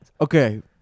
Okay